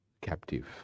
captive